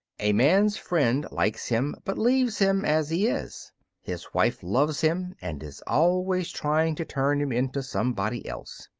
a man's friend likes him but leaves him as he is his wife loves him and is always trying to turn him into somebody else.